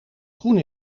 groen